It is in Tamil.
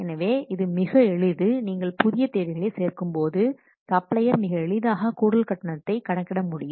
எனவே இது மிக எளிது நீங்கள் புதிய தேவைகளை சேர்க்கும் போது சப்ளையர் மிக எளிதாக கூடுதல் கட்டணத்தை கணக்கிட முடியும்